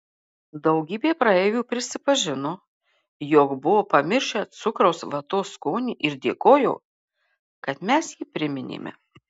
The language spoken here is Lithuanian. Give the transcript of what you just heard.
daugybė praeivių prisipažino jog buvo pamiršę cukraus vatos skonį ir dėkojo kad mes jį priminėme